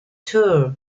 tour